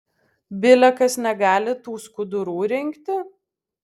bile kas negali tų skudurų rinkti